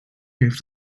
gave